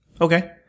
Okay